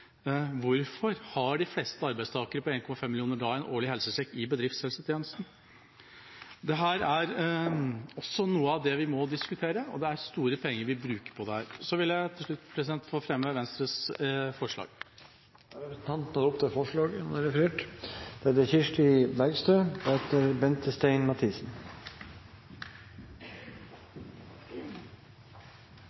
hvorfor har de fleste arbeidstakere, 1,5 millioner, en årlig helsesjekk i bedriftshelsetjenesten? Dette er også noe av det vi må diskutere, og det er store penger vi bruker på dette. Så vil jeg til slutt fremme Venstres forslag. Representanten Ketil Kjenseth har tatt opp det forslaget han refererte til. Unger representerer 20 pst. av befolkningen og 100 pst. av framtida. Derfor er